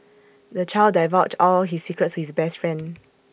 the child divulged all his secrets to his best friend